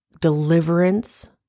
deliverance